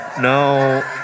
no